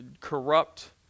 corrupt